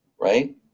right